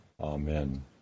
Amen